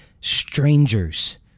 strangers